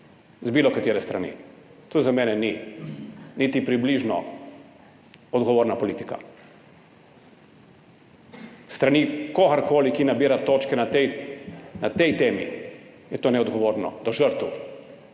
s katerekoli strani. To za mene ni niti približno odgovorna politika. S strani kogarkoli, ki nabira točke na tej temi, je to neodgovorno do žrtev.